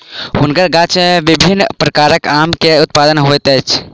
हुनकर गाछी में विभिन्न प्रकारक आम के उत्पादन होइत छल